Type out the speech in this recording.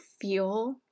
feel